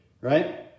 right